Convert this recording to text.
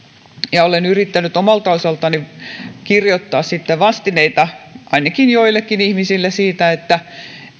ja olen yrittänyt omalta osaltani kirjoittaa sitten vastineita ainakin joillekin ihmisille että